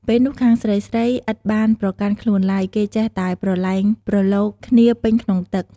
ពេលនោះខាងស្រីៗ ឥតបានប្រកាន់ខ្លួនឡើយ គេចេះតែប្រឡែងប្រឡូកគ្នាពេញក្នុងទឹក។